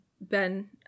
Ben